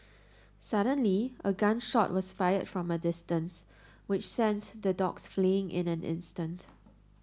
suddenly a gun shot was fired from a distance which sends the dogs fleeing in an instant